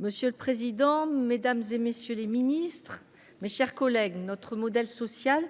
Monsieur le président, mesdames, messieurs les ministres, mes chers collègues, notre modèle social,